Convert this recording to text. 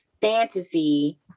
fantasy